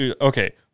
Okay